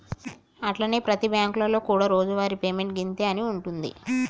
అట్లనే ప్రతి బ్యాంకులలో కూడా రోజువారి పేమెంట్ గింతే అని ఉంటుంది